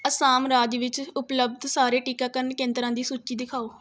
ਅਸਾਮ ਰਾਜ ਵਿੱਚ ਉਪਲਬਧ ਸਾਰੇ ਟੀਕਾਕਰਨ ਕੇਂਦਰਾਂ ਦੀ ਸੂਚੀ ਦਿਖਾਓ